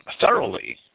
thoroughly